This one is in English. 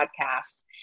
podcasts